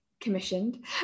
commissioned